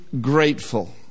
grateful